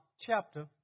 chapter